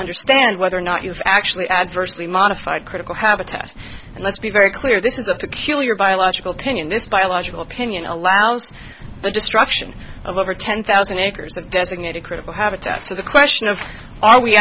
understand whether or not you've actually adversely modified critical habitat and let's be very clear this is a peculiar biological pinioned this biological opinion allows the destruction of over ten thousand acres of designated critical habitat so the question of are we